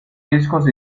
discos